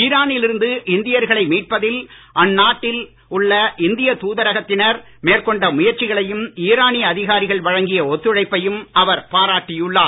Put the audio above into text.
ஈரானில் இருந்து இந்தியர்களை மீட்பதில் அந்நாட்டில் உள்ள இந்தியத் தூதரகத்துடன் மேற்கொண்ட முயற்சிகளையும் ஈரானிய அதிகாரிகள் வழங்கிய ஒத்துழைப்பையும் அவர் பாராட்டியுள்ளார்